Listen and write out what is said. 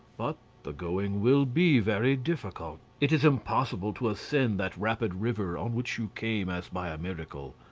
but the going will be very difficult. it is impossible to ascend that rapid river on which you came as by a miracle,